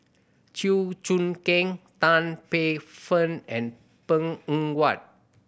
Chew Choo Keng Tan Paey Fern and Png Eng Huat